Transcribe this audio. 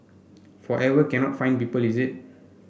forever cannot find people is it